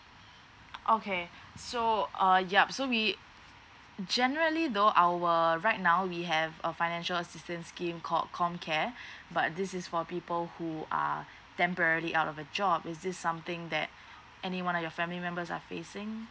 okay so err ya so we generally though our right now we have a financial assistance scheme called com care but this is for people who are temporary out of a job is this something that anyone of your family members are facing